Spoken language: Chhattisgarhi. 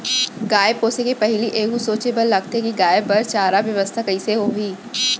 गाय पोसे के पहिली एहू सोचे बर लगथे कि गाय बर चारा बेवस्था कइसे होही